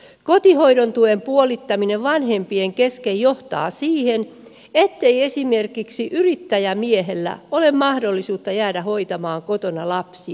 kotihoidon tuen puolittaminen vanhempien kesken johtaa siihen ettei esimerkiksi yrittäjämiehellä ole mahdollisuutta jäädä hoitamaan kotona lapsia